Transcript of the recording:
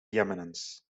eminence